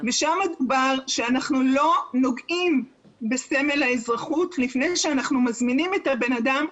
שם דובר שאנחנו לא נוגעים בסמל האזרחות לפני שאנחנו מזמינים את הבן אדם,